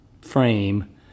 frame